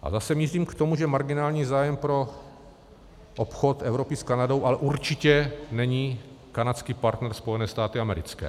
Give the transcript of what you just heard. A zase mířím k tomu, že marginální zájem pro obchod Evropy s Kanadou ale určitě není kanadský partner Spojené státy americké.